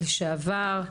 לשעבר.